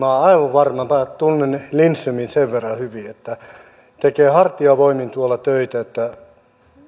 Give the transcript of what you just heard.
aivan varma minä tunnen lindströmin sen verran hyvin että hän tekee hartiavoimin tuolla töitä että